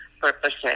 purposes